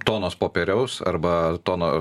tonos popieriaus arba tonos